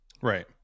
Right